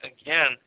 again